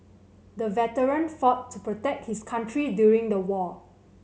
the veteran fought to protect his country during the war